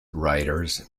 writers